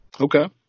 Okay